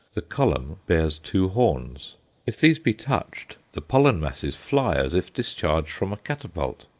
the column bears two horns if these be touched, the pollen-masses fly as if discharged from a catapult.